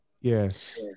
Yes